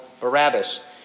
Barabbas